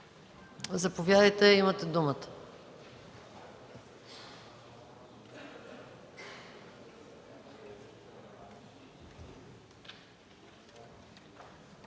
Заповядайте, имате думата.